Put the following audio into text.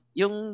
yung